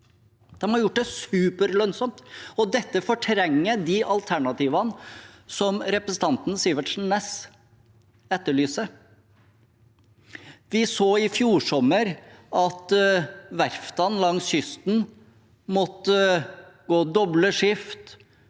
De har gjort det superlønnsomt, og dette fortrenger de alternativene som representanten Sivertsen Næss etterlyser. Vi så i fjor sommer at verftene langs kysten måtte gå doble skift